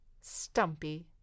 stumpy